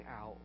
out